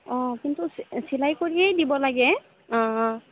অঁ কিন্তু চিলাই কৰিয়েই দিব লাগে অঁ অঁ